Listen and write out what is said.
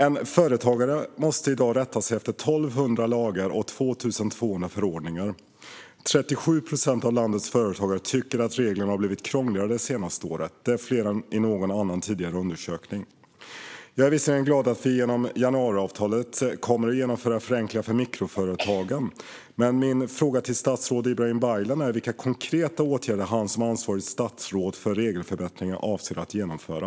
En företagare måste i dag rätta sig efter 1 200 lagar och 2 200 förordningar. Av landets företagare tycker 37 procent att reglerna har blivit krångligare det senaste året - det är fler än i någon tidigare undersökning. Jag är visserligen glad att vi genom januariavtalet kommer att genomföra förenklingar för mikroföretagen, men min fråga till statsrådet Ibrahim Baylan är vilka konkreta åtgärder han som ansvarigt statsråd för regelförbättringar avser att genomföra.